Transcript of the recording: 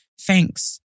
Thanks